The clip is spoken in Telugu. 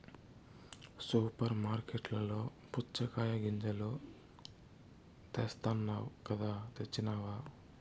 సూపర్ మార్కట్లలో పుచ్చగాయ గింజలు తెస్తానన్నావ్ కదా తెచ్చినావ